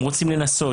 הם רוצים לנסות,